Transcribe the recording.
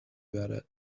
برد